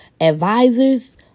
advisors